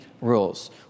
rules